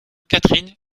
catherine